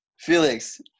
Felix